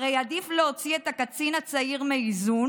הרי עדיף להוציא את הקצין הצעיר מאיזון